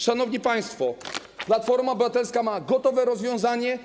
Szanowni państwo, Platforma Obywatelska ma gotowe rozwiązanie.